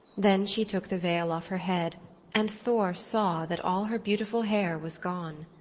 then she took the veil off her head and thor saw that all her beautiful hair was gone.